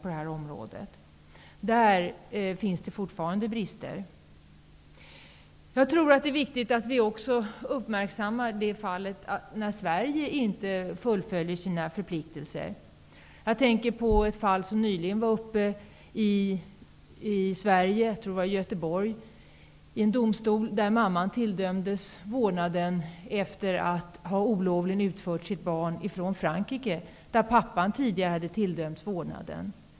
På detta område finns det fortfarande brister. Det är viktigt att vi också uppmärksammar de fall då Sverige inte fullföljer sina förpliktelser. Jag tänker då på ett fall som nyligen var uppe i en domstol -- jag tror att det var i Göteborg -- där mamman tilldömdes vårdnaden efter att olovligen ha utfört sitt barn ifrån Frankrike, där pappan tidigare hade tilldömts vårdnaden.